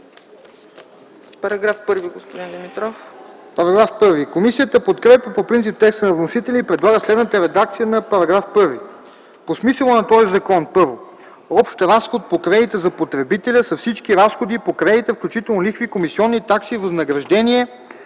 ДИМИТРОВ: Комисията подкрепя по принцип текста на вносителя и предлага следната редакция на § 1: „§ 1. По смисъла на този закон: 1. „Общ разход по кредита за потребителя” са всички разходи по кредита, включително лихви, комисионни, такси, възнаграждение